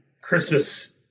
Christmas